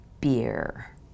Beer